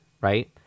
right